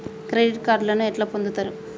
Credit కార్డులను ఎట్లా పొందుతరు?